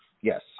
Yes